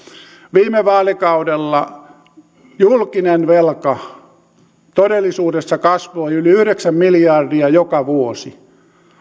viime vaalikaudella julkinen velka todellisuudessa kasvoi yli yhdeksän miljardia joka vuosi